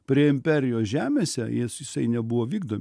prie imperijos žemėse jis jisai nebuvo vykdomi